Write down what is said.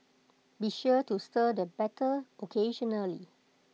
be sure to stir the batter occasionally